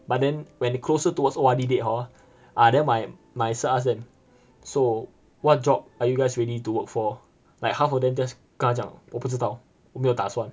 but then when closer towards O_R_D date hor ah then my my sir ask them so what job are you guys ready to work for like half of them just 跟他讲我不知道我没有打算